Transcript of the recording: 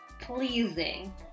Pleasing